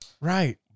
Right